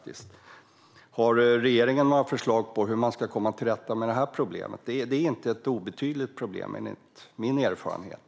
Har regeringen några förslag på hur man ska komma till rätta med detta problem? Det är inte ett obetydligt problem enligt min erfarenhet.